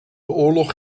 oorlog